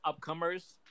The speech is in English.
Upcomers